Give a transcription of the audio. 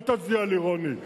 אל תצדיע לי, רוני.